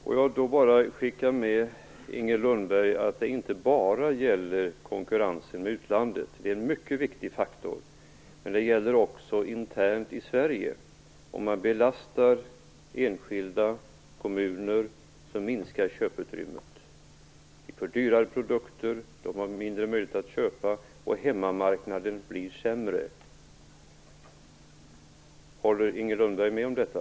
Fru talman! Jag vill då bara skicka med Inger Lundberg att detta inte bara gäller konkurrensen med utlandet. Det är en mycket viktig faktor, men detta gäller också internt i Sverige. Om man belastar enskilda och kommuner minskar köputrymmet. Vi får dyrare produkter, mindre möjlighet att köpa dem och hemmamarknaden blir sämre. Håller Inger Lundberg med om detta?